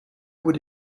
would